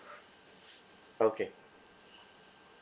okay